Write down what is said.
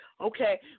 okay